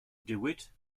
dewitt